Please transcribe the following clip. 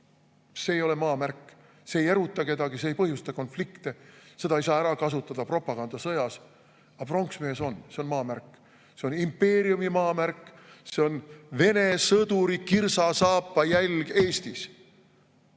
ei ole maamärk. See ei eruta kedagi, see ei põhjusta konflikte, seda ei saa ära kasutada propagandasõjas. Aga pronksmees on maamärk. See on impeeriumi maamärk, see on Vene sõduri kirsasaapa jälg Eestis.